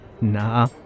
Nah